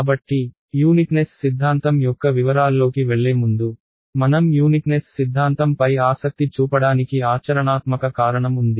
కాబట్టి యూనిక్నెస్ సిద్ధాంతం యొక్క వివరాల్లోకి వెళ్లే ముందు మనం యూనిక్నెస్ సిద్ధాంతం పై ఆసక్తి చూపడానికి ఆచరణాత్మక కారణం ఉంది